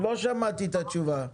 לא שמעתי את התשובה.